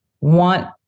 want